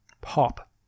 pop